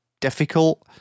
difficult